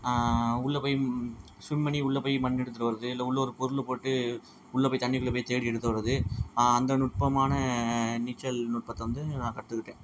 உள்ளே போய் ஸ்விம் பண்ணி உள்ளே போய் மண் எடுத்துட்டு வர்றது இல்லை உள்ளே ஒரு பொருள் போட்டு உள்ளே போய் தண்ணிக்குள்ளே போய் தேடி எடுத்து வர்றது அந்த நுட்பமான நீச்சல் நுட்பத்தை வந்து நான் கற்றுக்கிட்டேன்